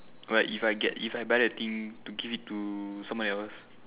like if I get if I buy the thing to give it to someone else